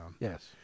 Yes